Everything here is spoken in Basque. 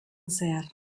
zehar